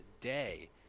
day